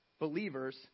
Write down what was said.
believers